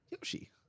Yoshi